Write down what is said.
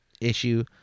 issue